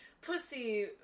pussy